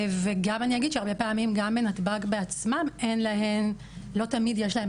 וגם אני אגיד שהרבה פעמים גם בנתב"ג לא תמיד יש להם